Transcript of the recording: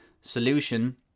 solution